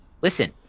listen